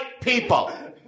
people